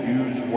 use